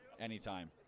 Anytime